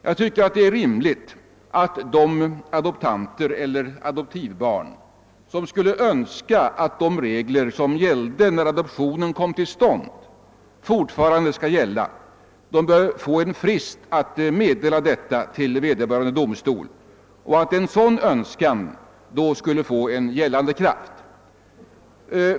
Jag tycker att det är rimligt att de adoptanter eller adoptivbarn, som önskar att de regler vilka gällde då adoptionen kom till stånd fortfarande skall gälla, får en frist att meddela detta till vederbörande domstol och att en sådan önskan då får gällande kraft.